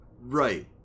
Right